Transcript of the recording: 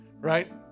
right